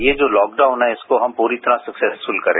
ये जो लॉकडाउन है इसको हम पूरी तरह से सक्सेस्फूल करें